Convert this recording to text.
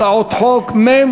נתקבלה.